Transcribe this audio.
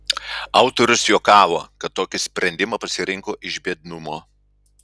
autorius juokavo kad tokį sprendimą pasirinko iš biednumo